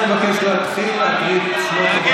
17, אני מבקש להתחיל להקריא את שמות חברי הכנסת.